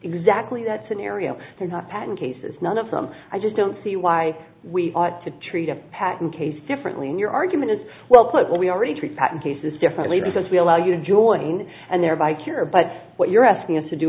exactly that scenario they're not patent cases none of them i just don't see why we ought to treat a patent case differently in your argument is well put we already treat patent cases differently because we allow you to join and thereby cure but what you're asking us to do